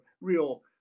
real